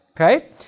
Okay